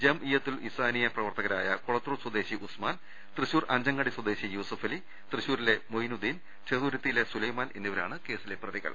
ജംഇയ്യത്തുൽ ഇസാനിയ പ്രവർത്തകരായ കൊളത്തൂർ സ്വദേശി ഉസ്മാൻ തൃശൂർ അഞ്ചങ്ങാടി സ്വദേശി യൂസഫലി തൃശൂ രിലെ മൊയിനുദ്ദീൻ ചെറുതുരുത്തിയിലെ സുലൈമാൻ എന്നിവരാണ് കേസിലെ പ്രതികൾ